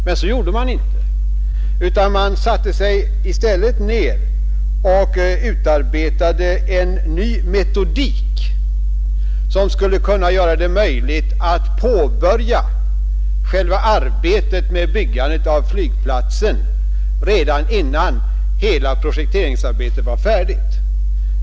Men det gjorde man inte, utan man satte sig i stället ned och utarbetade en ny metodik som skulle kunna göra det möjligt att påbörja själva byggandet av flygplatsen redan innan hela projekteringsarbetet var färdigt.